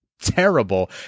Terrible